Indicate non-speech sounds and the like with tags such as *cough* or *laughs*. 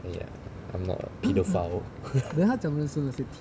ya I'm not a paedophile *laughs*